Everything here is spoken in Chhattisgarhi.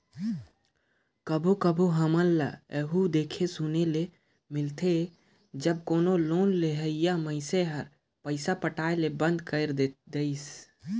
कभों कभों हमन ल एहु देखे सुने ले मिलथे जब कोनो लोन लेहोइया मइनसे हर पइसा पटाए ले बंद कइर देहिस